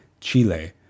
Chile